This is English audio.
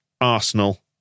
Arsenal